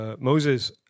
Moses